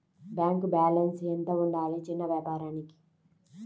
Bank balance ఎంత ఉండాలి చిన్న వ్యాపారానికి?